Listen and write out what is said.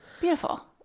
Beautiful